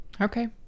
okay